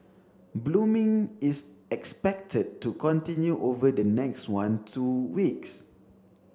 blooming is expected to continue over the next one two weeks